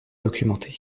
documenté